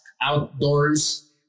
outdoors